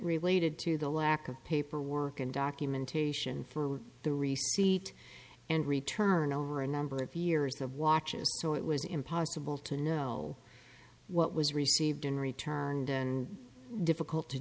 related to the lack of paperwork and documentation for the receipt and return over a number of years of watches so it was impossible to know what was received in return and difficult to